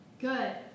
Good